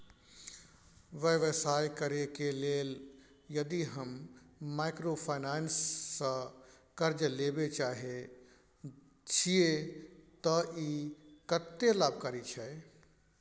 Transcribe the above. व्यवसाय करे के लेल यदि हम माइक्रोफाइनेंस स कर्ज लेबे चाहे छिये त इ कत्ते लाभकारी छै?